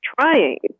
trying